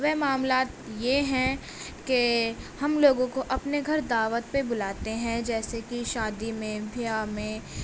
وہ معاملات یہ ہیں کہ ہم لوگوں کو اپنے گھر دعوت پہ بلاتے ہیں جیسے کہ شادی میں بیاہ میں